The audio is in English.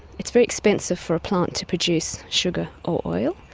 it's very expensive for a plant to produce sugar or oil,